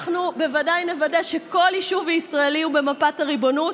אנחנו בוודאי נוודא שכל יישוב ישראלי הוא במפת הריבונות,